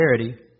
charity